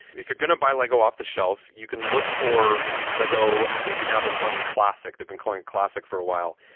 if you're going to buy lego off the shelf, you can look for lego. i think now they're calling it classic. they've been calling it classic for a while.